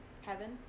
heaven